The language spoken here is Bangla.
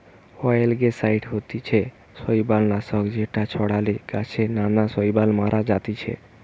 অয়েলগেসাইড হতিছে শৈবাল নাশক যেটা ছড়ালে গাছে নানান শৈবাল মারা জাতিছে